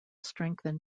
strengthen